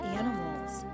animals